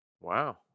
Wow